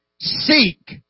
Seek